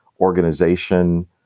organization